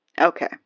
Okay